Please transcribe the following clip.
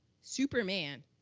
Superman